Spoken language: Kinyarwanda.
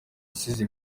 asize